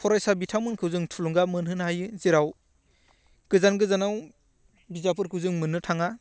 फरायसा बिथांमोनखौ जों थुलुंगा मोनहोनो हायो जेराव गोजान गोजानाव बिजाबफोरखौ जों मोन्नो थाङा